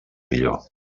millor